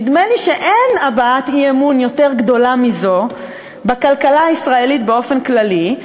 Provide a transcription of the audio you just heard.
נדמה לי שאין הבעת אי-אמון גדולה מזו בכלכלה הישראלית באופן כללי,